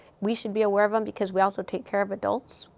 we should be aware of them because we also take care of adults,